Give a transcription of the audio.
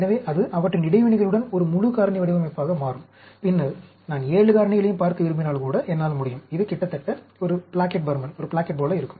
எனவே அது அவற்றின் இடைவினைகளுடன் ஒரு முழு காரணி வடிவமைப்பாக மாறும் பின்னர் நான் 7 காரணிகளையும் பார்க்க விரும்பினால்கூட என்னால் முடியும் இது கிட்டத்தட்ட ஒரு பிளாக்கெட் போல இருக்கும்